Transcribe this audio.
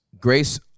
Grace